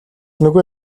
нөгөө